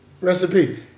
Recipe